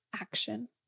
action